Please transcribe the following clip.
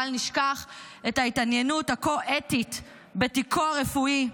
בל נשכח את ההתעניינות הכה-אתית בתיקו הרפואי.